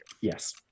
Yes